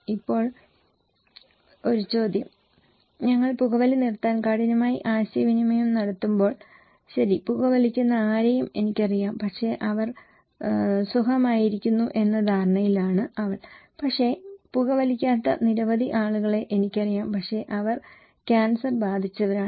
ഇപ്പോൾ ചോദ്യം ഞങ്ങൾ പുകവലി നിർത്താൻ കഠിനമായി ആശയവിനിമയം നടത്തുമ്പോൾ ശരി പുകവലിക്കുന്ന പലരെയും എനിക്കറിയാം പക്ഷേ അവർ സുഖമായിരിക്കുന്നു എന്ന ധാരണയിലാണ് അവൾ പക്ഷേ പുകവലിക്കാത്ത നിരവധി ആളുകളെ എനിക്കറിയാം പക്ഷേ അവർ ക്യാൻസർ ബാധിച്ചവരാണ്